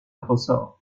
ressort